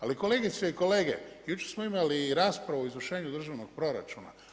Ali kolegice i kolege, jučer smo imali raspravu o izvršenju državnog proračuna.